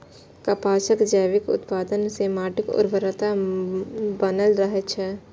कपासक जैविक उत्पादन सं माटिक उर्वरता बनल रहै छै